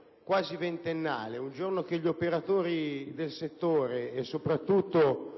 un vuoto quasi ventennale, un giorno che gli operatori del settore e soprattutto